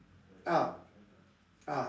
ah